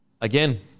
Again